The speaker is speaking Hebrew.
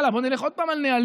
הלאה, בוא נלך עוד פעם לנהלים.